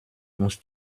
muss